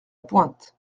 pointe